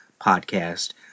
Podcast